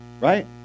Right